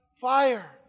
fire